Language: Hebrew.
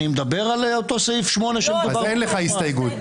אני מדבר על אותו סעיף 8 שמדובר --- אז אין לך הסתייגות.